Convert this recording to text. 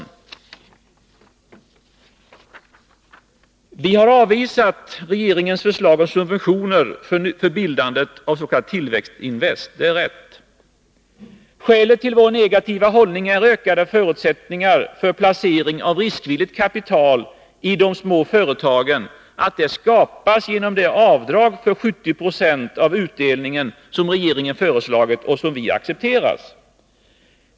Vi har avvisat regeringens förslag om subventioner för bildandet av Tillväxtinvest, det är rätt. Skälet till vår negativa hållning är att ökade förutsättningar för placering av riskvilligt kapital i de små företagen skapas genom det avdrag med 70 96 av utdelningen som regeringen föreslagit och som vi accepterat.